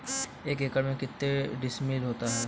एक एकड़ में कितने डिसमिल होता है?